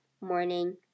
morning